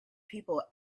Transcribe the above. people